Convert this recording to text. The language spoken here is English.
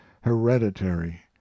hereditary